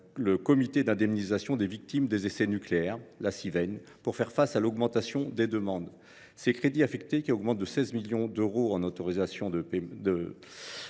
au Comité d’indemnisation des victimes des essais nucléaires (Civen), qui permettra de faire face à l’augmentation des demandes. Ces crédits affectés, qui augmentent de 16 millions d’euros en autorisations d’engagement